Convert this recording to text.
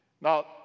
Now